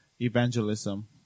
evangelism